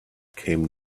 came